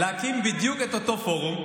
להקים בדיוק את אותו פורום,